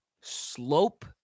slope